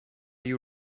you